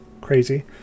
crazy